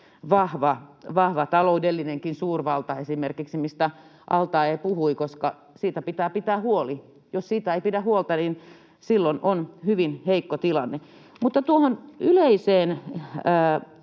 vahva, taloudellinenkaan, suurvalta, mistä al-Taee puhui. Siitä pitää pitää huoli. Jos siitä ei pidä huolta, niin silloin on hyvin heikko tilanne. Mutta tuohon yleiseen